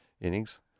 innings